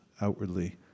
outwardly